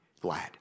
glad